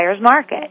market